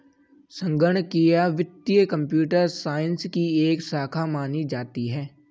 संगणकीय वित्त computer science की एक शाखा मानी जाती है